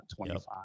25